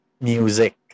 music